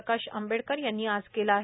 प्रकाश आंबेडकर यांनी आज केला आहे